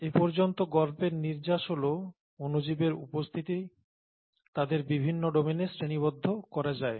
এপর্যন্ত গল্পের নির্যাস হল অনুজীবের উপস্থিতি তাদের বিভিন্ন ডোমেনে শ্রেণীবদ্ধ করা যায়